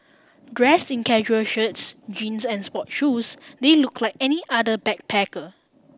dressed in casual shirts jeans and sports shoes they looked like any other backpacker